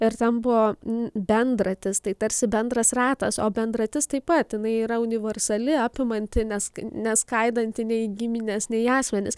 ir ten buvo bendratis tai tarsi bendras ratas o bendratis taip pat jinai yra universali apimanti nes neskaidanti nei gimines nei asmenis